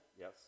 Yes